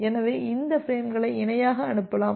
எனவே இந்த பிரேம்களை இணையாக அனுப்பலாம்